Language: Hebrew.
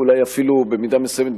אולי אפילו במידה מסוימת,